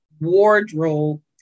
wardrobe